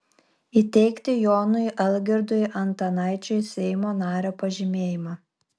įteikti jonui algirdui antanaičiui seimo nario pažymėjimą